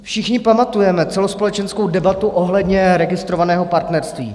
Všichni pamatujeme celospolečenskou debatu ohledně registrovaného partnerství.